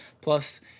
Plus